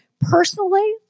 personally